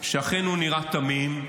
שאכן הוא נראה תמים,